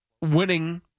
winning